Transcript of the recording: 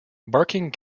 barking